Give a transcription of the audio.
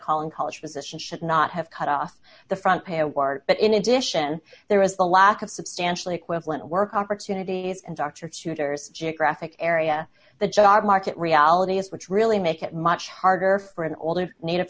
calling college position should not have cut off the front pay award but in addition there was a lack of substantially equivalent work opportunities and doctor tutors geographic area the job market realities which really make it much harder for an older native